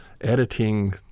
editing